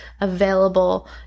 available